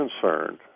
concerned